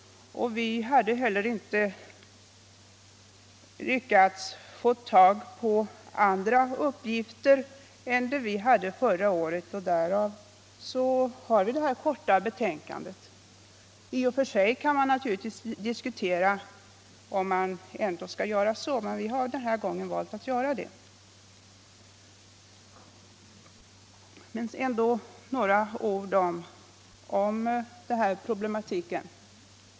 Vi hade heller inte lyckats få tag på andra uppgifter än dem vi hade förra året. Därför blev betänkandet så kort. I och för sig kan man naturligtvis diskutera om man ändå skall göra så. Vi har denna gång valt att göra det. Sedan några ord om den här problematiken.